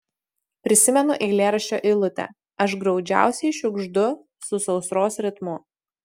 prisimenu eilėraščio eilutę aš graudžiausiai šiugždu su sausros ritmu